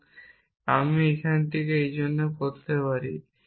এবং এই আমি এই থেকে এই জন্য করতে পারি